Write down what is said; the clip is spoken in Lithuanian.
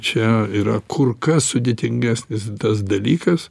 čia yra kur kas sudėtingesnis tas dalykas